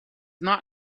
not